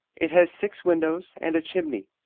it has six windows and a chimney.